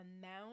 amount